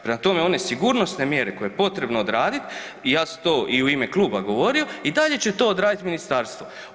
Prema tome, one sigurnosne mjere koje je potrebno odraditi i ja sam to i u ime kluba govorio, i dalje će to odraditi ministarstvo.